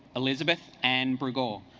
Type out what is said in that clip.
elizabeth and bruegel